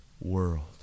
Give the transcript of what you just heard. world